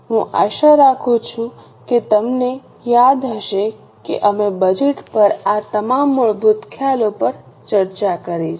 હું આશા રાખું છું કે તમને યાદ હશે કે અમે બજેટ પર આ તમામ મૂળભૂત ખ્યાલો પર ચર્ચા કરી છે